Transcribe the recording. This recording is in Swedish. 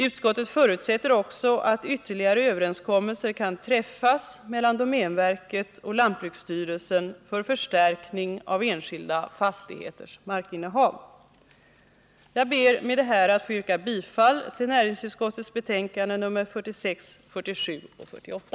Utskottet förutsätter också att ytterligare överenskommelser kan träffas mellan domänverket och lantbruksstyrelsen för förstärkning av enskilda fastigheters markinnehav. Jag ber med detta att få yrka bifall till vad näringsutskottet hemställt i betänkandena 46, 47 och 48.